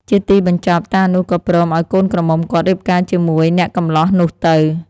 ជាទីបញ្ចប់ តានោះក៏ព្រមឲ្យកូនក្រមុំគាត់រៀបការជាមួយអ្នកកម្លោះនោះទៅ។